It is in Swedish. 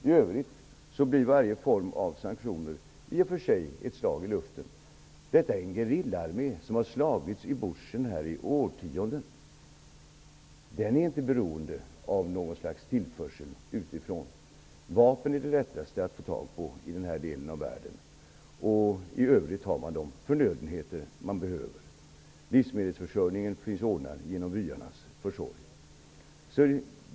I övrigt blir varje form av sanktioner ett slag i luften. Detta är en gerillaarmé som har slagits i bushen i årtionden. Den är inte beroende av något slags tillförsel utifrån. Vapen är det lättaste att få tag på i den här delen av världen. I övrigt har man de förnödenheter man behöver. Livsmedelsförsörjningen finns ordnad genom byarnas försorg.